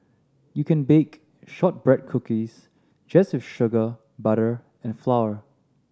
you can bake shortbread cookies just with sugar butter and flour